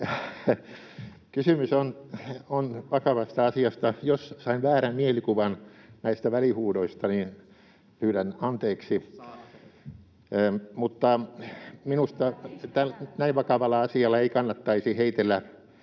Kysymys on vakavasta asiasta. Jos sain väärän mielikuvan näistä välihuudoista, niin pyydän anteeksi. [Timo Heinonen: Saatte!] Minusta näin vakavalla asialla ei kannattaisi heitellä